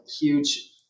huge